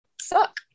suck